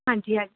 ਹਾਂਜੀ ਹੈ